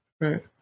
Right